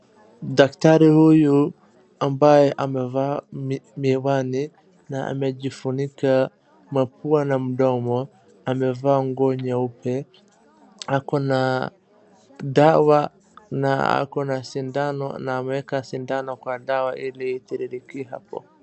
Daktari huyu ambaye amevaa miwani na amejifunika mapua na mdomo, amevaa nguo nyeupe, ako na dawa na ako na sindano, na ameeka sindano kwa dawa ili itiririkie hapo.